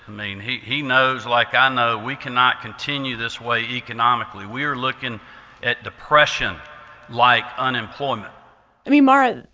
mean, he he knows, like i know, we cannot continue this way economically. we're looking at depression-like like unemployment i mean, mara,